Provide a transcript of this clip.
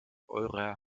eurer